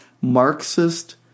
Marxist